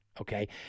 okay